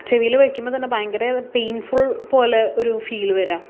ചെവിയിൽ വെക്കുമ്പം തന്നെ ഭയങ്കര പെയിൻ ഫുൾ പോലെ ഒരു ഫീല് വരാ